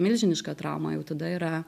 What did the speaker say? milžiniška trauma jau tada yra